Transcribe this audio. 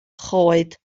choed